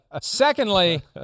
secondly